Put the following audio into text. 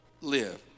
live